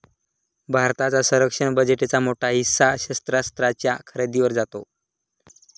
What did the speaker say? भारताच्या संरक्षण बजेटचा मोठा हिस्सा शस्त्रास्त्रांच्या खरेदीवर जातो